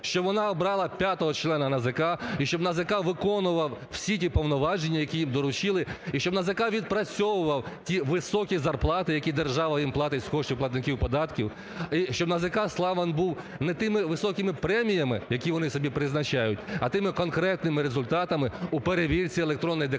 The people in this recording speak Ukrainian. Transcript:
щоб вона обрала п'ятого члена НАЗК, і щоб НАЗК виконував всі ті повноваження, які їм доручили, і щоб НАЗК відпрацьовував ті високі зарплати, які держава їм платить з коштів платників податків. Щоб НАЗК славен був не тими високими преміями, які вони собі призначають, а тими конкретними результатами у перевірці електронних декларацій,